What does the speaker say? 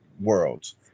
worlds